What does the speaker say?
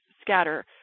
scatter